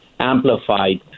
amplified